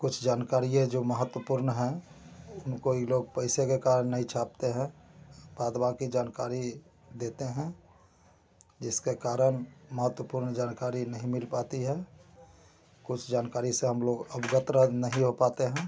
कुछ जानकारियाँ जो महत्वपूर्ण हैं उनको ही लोग पैसे के कारण नहीं छापते हैं पर बाकी जानकारी देते हैं जिसके कारण महत्वपूर्ण जानकारी नहीं मिल पाती है कुछ जानकारी से हम लोग अवगत रह नहीं हो पाते हैं